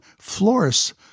florists